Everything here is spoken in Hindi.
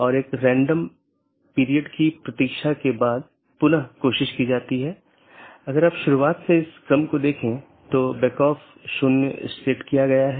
तो IBGP स्पीकर्स की तरह AS के भीतर पूर्ण मेष BGP सत्रों का मानना है कि एक ही AS में साथियों के बीच एक पूर्ण मेष BGP सत्र स्थापित किया गया है